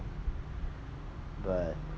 but